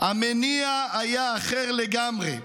המניע היה אחר לגמרי"